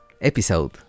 episode